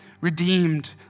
redeemed